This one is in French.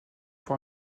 pour